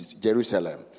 Jerusalem